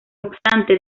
obstante